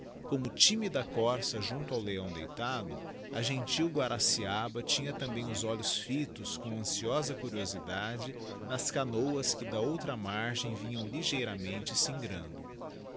como tímida corça junto ao leão deitado a gentil guaraciaba tinha tambera os olhos fitos cora anciosa curiosidade nas canoas ue da outra margem vinham ligeiramente singrando